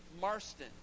Marston